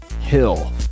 hill